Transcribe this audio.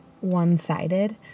one-sided